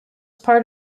part